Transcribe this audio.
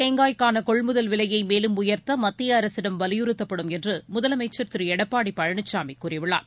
தேங்காய்க்கானகொள்முதல் விலையேலும் கொப்பரைத் உயர்த்தமத்தியஅரசிடம் வலியுறுத்தப்படும் என்றுமுதலமைச்சர் திருஎடப்பாடிபழனிசாமிகூறியுள்ளார்